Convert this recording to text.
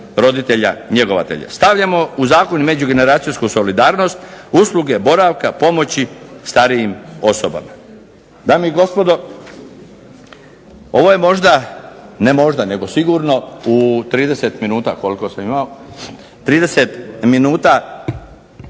roditelja njegovatelja. Stavljamo u zakon u međugeneracijsku solidarnost usluge boravka, pomoći starijim osobama. Dame i gospodo, ovo je možda ne možda nego sigurno u 30 minuta koliko sam imao, 30 minuta